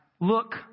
Look